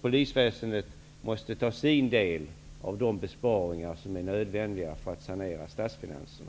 Polisväsendet måste ta sin del av de besparingar som är nödvändiga för att statsfinanserna skall saneras.